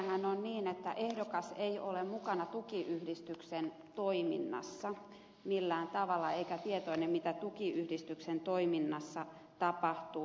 nykypäivänähän on niin että ehdokas ei ole mukana tukiyhdistyksen toiminnassa millään tavalla eikä ole tietoinen mitä tukiyhdistyksen toiminnassa tapahtuu